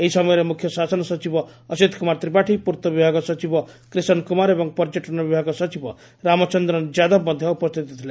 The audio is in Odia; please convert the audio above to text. ଏହି ସମୟରେ ମୁଖ୍ୟ ଶାସନ ସଚିବ ଅସୀତ୍ କୁମାର ତିପାଠୀ ପୂର୍ଭ ବିଭାଗ ସଚିବ କ୍ରିଶନ୍ କୁମାର ଏବଂ ପର୍ଯ୍ୟଟନ ବିଭାଗ ସଚିବ ରାମଚନ୍ର ଯାଦବ ମଧ୍ଧ ଉପସ୍ସିତ ଥିଲେ